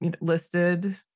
listed